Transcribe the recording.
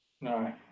No